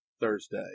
Thursday